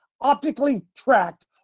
optically-tracked